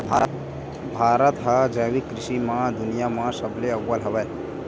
भारत हा जैविक कृषि मा दुनिया मा सबले अव्वल हवे